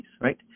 right